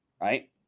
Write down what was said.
Right